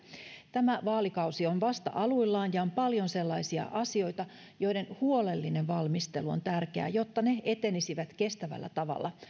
tämä vaalikausi on vasta aluillaan ja on paljon sellaisia asioita joiden huolellinen valmistelu on tärkeää jotta ne etenisivät kestävällä tavalla